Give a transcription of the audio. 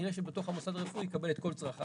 כנראה שבתוך המוסד הרפואי הוא יקבל את כל צרכיו.